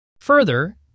Further